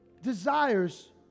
desires